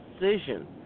decision